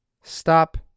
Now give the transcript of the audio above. Stop